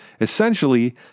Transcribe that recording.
Essentially